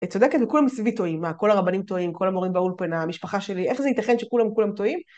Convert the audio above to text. אתה יודע כן, כולם סביבי טועים, מה כל הרבנים טועים, כל המורים באולפנה, המשפחה שלי, איך זה ייתכן שכולם כולם טועים?